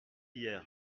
hier